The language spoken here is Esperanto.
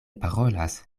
parolas